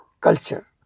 culture